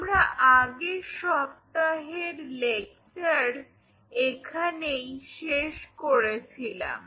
আমরা আগের সপ্তাহের লেকচার এখানেই শেষ করেছিলাম